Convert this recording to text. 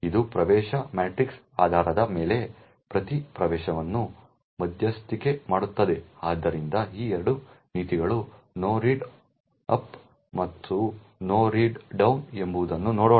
ಇದು ಪ್ರವೇಶ ಮ್ಯಾಟ್ರಿಕ್ಸ್ನ ಆಧಾರದ ಮೇಲೆ ಪ್ರತಿ ಪ್ರವೇಶವನ್ನು ಮಧ್ಯಸ್ಥಿಕೆ ಮಾಡುತ್ತದೆ ಆದ್ದರಿಂದ ಈ ಎರಡು ನೀತಿಗಳು ನೋ ರೀಡ್ ಅಪ್ ಮತ್ತು ನೋ ರೈಟ್ ಡೌನ್ ಎಂಬುದನ್ನು ನೋಡೋಣ